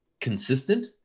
consistent